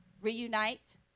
reunite